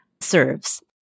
serves